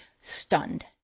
stunned